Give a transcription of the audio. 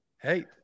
Hey